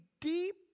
deep